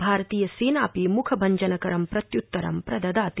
भारतीयसेनापि मुखभञ्जनकरं प्रत्युत्तरं प्रददाति